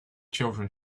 children